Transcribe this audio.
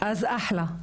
אז אחלה,